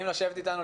לשבת אתנו,